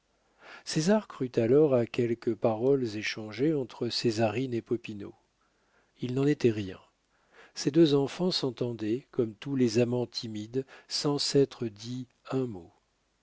baissa césar crut alors à quelques paroles échangées entre césarine et popinot il n'en était rien ces deux enfants s'entendaient comme tous les amants timides sans s'être dit un mot